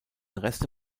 reste